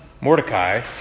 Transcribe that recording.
Mordecai